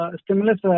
stimulus